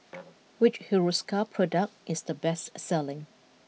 which Hiruscar product is the best selling